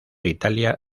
italia